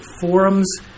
forums